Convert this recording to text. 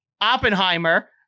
Oppenheimer